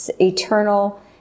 eternal